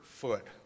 foot